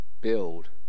Build